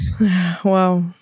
Wow